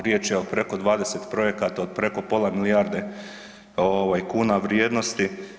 Riječ je o preko 20 projekata od preko pola milijarde kuna vrijednosti.